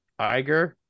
Iger